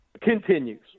continues